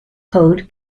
code